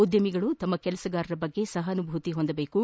ಉದ್ದಮಿಗಳು ತಮ್ಮ ಕೆಲಸಗಾರರ ಬಗ್ಗೆ ಸಹಾನುಭೂತಿ ಹೊಂದಬೇಕು